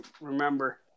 remember